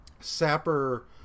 Sapper